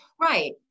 Right